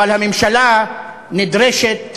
אבל הממשלה נדרשת ליותר,